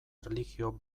erlijio